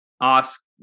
ask